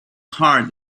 heart